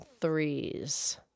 threes